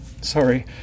sorry